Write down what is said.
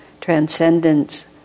transcendence